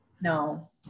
No